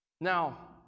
Now